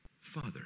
Father